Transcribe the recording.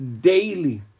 daily